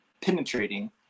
penetrating